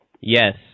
Yes